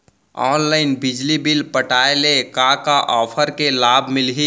Online बिजली bill पटाय ले का का ऑफ़र के लाभ मिलही?